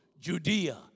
Judea